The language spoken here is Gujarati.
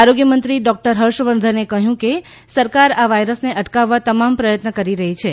આરોગ્યમંત્રી ડોકટર ફર્ષવર્ધને કહ્યું કે સરકાર આ વાયરસને અટકાવવા તમામ પ્રયત્ન કરી રહી છે